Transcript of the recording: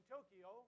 Tokyo